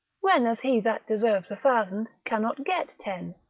when as he that deserves a thousand cannot get ten.